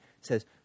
says